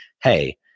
Hey